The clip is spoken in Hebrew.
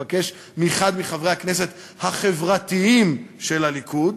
היה מבקש מאחד מחברי הכנסת "החברתיים" של הליכוד,